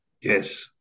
Yes